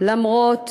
למרות